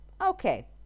Okay